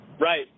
Right